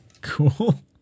cool